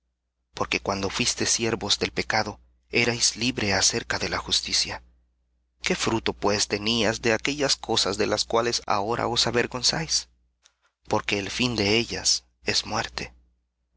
porque cuando fuisteis siervos del pecado erais libres acerca de la justicia qué fruto pues teníais de aquellas cosas de las cuales ahora os avergonzáis porque el fin de ellas es muerte